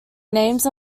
names